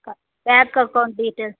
bank account details